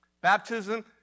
Baptism